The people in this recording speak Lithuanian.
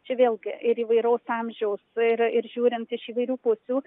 čia vėlgi ir įvairaus amžiaus ir ir žiūrint iš įvairių pusių